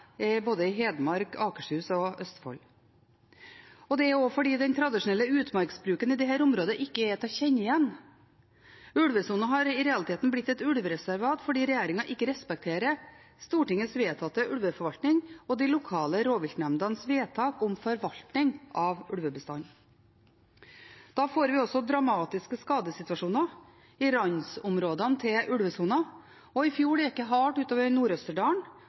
både Hedmark, Akershus og Østfold. Det er også fordi den tradisjonelle utmarksbruken i dette området ikke er til å kjenne igjen. Ulvesonen har i realiteten blitt et ulvereservat fordi regjeringen ikke respekterer Stortingets vedtatte ulveforvaltning og de lokale rovviltnemndenes vedtak om forvaltning av ulvebestanden. Da får vi også dramatiske skadesituasjoner i randområdene til ulvesonen. I fjor gikk det hardt